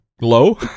Low